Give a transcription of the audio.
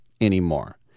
anymore